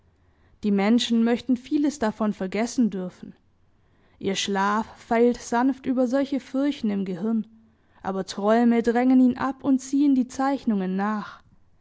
die menschen möchten vieles davon vergessen dürfen ihr schlaf feilt sanft über solche furchen im gehirn aber träume drängen ihn ab und ziehen die zeichnungen nach